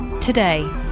Today